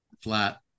flat